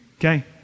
Okay